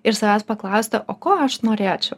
ir savęs paklausti o ko aš norėčiau